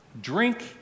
drink